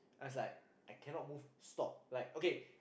as like I cannot move stop like okay